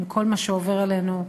עם כל מה שעובר עלינו,